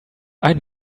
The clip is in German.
ein